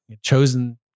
chosen